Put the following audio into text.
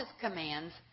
commands